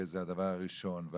הרי הכסף זה הדבר הראשון שם,